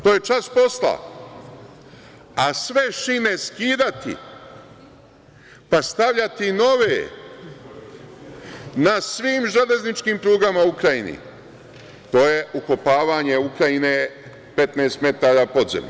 To je čas posla, a sve šine skidati, pa stavljati nove na svim železničkim prugama u Ukrajini, to je ukopavanje Ukrajine, 15 metara pod zemlju.